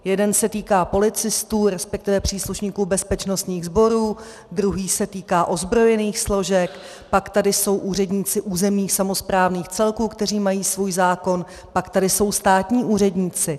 Jeden se týká policistů, respektive příslušníků bezpečnostních sborů, druhý se týká ozbrojených složek, pak tady jsou úředníci územních samosprávných celků, kteří mají svůj zákon, pak tady jsou státní úředníci.